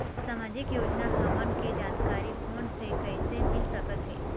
सामाजिक योजना हमन के जानकारी फोन से कइसे मिल सकत हे?